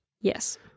Yes